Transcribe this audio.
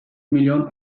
milyon